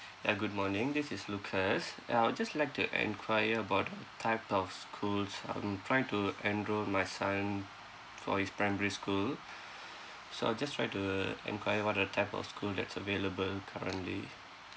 ya good morning this is lucas ya I would just like to enquire about on type of schools um I'm trying to enrol my son for his primary school so I'll just try to enquire what are the type of school that's available currently